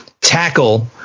tackle